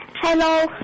hello